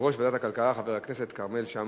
יושב-ראש ועדת הכלכלה חבר הכנסת כרמל שאמה-הכהן.